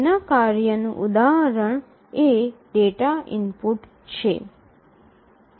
તેના કાર્યનું ઉદાહરણ એ ડેટા ઇનપુટ છે